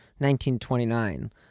1929